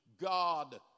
God